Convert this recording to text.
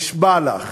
נשבע לך